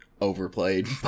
overplayed